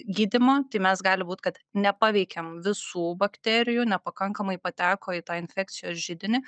gydymą tai mes gali būt kad nepaveikėm visų bakterijų nepakankamai pateko į tą infekcijos židinį